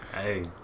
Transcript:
Hey